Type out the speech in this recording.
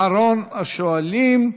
אחרון השואלים,